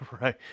Right